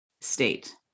state